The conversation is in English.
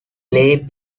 play